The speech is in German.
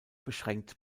beschränkt